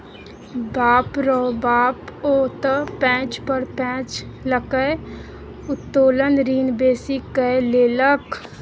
बाप रौ बाप ओ त पैंच पर पैंच लकए उत्तोलन ऋण बेसी कए लेलक